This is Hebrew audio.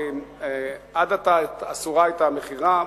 עד עתה אסורה היתה מכירה,